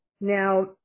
Now